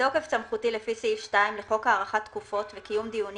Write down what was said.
"בתוקף סמכותי לפי סעיף 2 לחוק הארכת תקופות וקיום דיונים